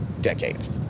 decades